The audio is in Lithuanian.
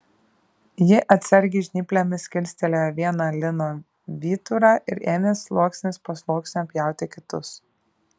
ji atsargiai žnyplėmis kilstelėjo vieną lino vyturą ir ėmė sluoksnis po sluoksnio pjauti kitus